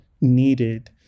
needed